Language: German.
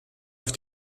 auf